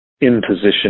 imposition